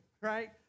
right